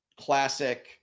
classic